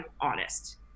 honest